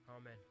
Amen